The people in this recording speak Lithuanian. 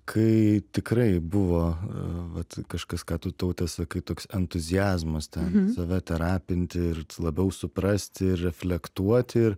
kai tikrai buvo a vat kažkas ką tu taute sakai toks entuziazmas ten save terapinti ir labiau suprasti ir reflektuoti ir